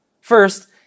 First